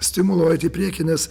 stimulo eit į priekį nes